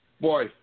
boy